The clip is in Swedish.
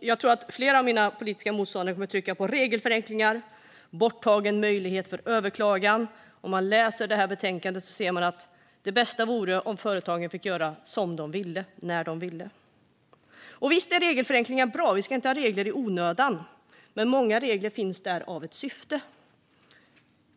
Jag tror att flera av mina politiska motståndare kommer att trycka på regelförenklingar och borttagen möjlighet till överklagande. Om man läser betänkandet ser man att de tycker att det bästa vore om företagen fick göra som de ville, när de ville. Och visst är regelförenklingar bra - vi ska inte ha regler i onödan - men många regler finns där av en anledning.